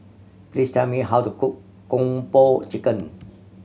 please tell me how to cook Kung Po Chicken